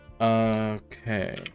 Okay